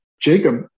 Jacob